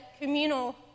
communal